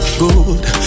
good